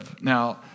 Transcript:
Now